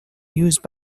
used